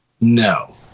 no